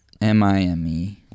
M-I-M-E